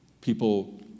People